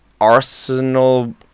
Arsenal